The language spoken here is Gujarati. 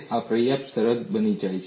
આ પર્યાપ્ત શરત બની જાય છે